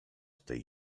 tej